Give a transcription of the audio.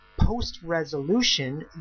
Post-resolution